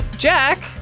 Jack